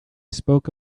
spoke